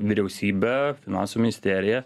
na vyriausybė finansų ministerija